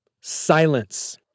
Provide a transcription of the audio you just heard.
Silence